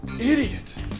Idiot